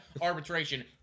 arbitration